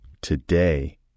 Today